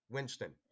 Winston